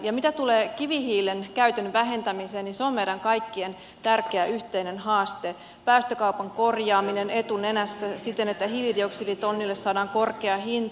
ja mitä tulee kivihiilen käytön vähentämiseen se on meidän kaikkien tärkeä yhteinen haaste päästökaupan korjaaminen etunenässä siten että hiilidioksiditonnille saadaan korkea hinta